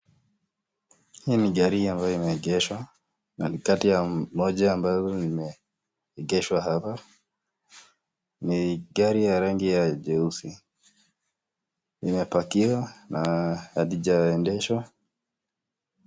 Hii ni gari ambayo imeegeshwa, na ni kati ya moja ambayo imeegeshwa hapa, ni gari ya rangi jeusi imepakiwa na halijaendeshwa.